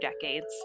decades